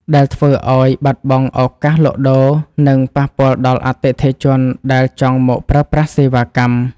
ដែលធ្វើឱ្យបាត់បង់ឱកាសលក់ដូរ និងប៉ះពាល់ដល់អតិថិជនដែលចង់មកប្រើប្រាស់សេវាកម្ម។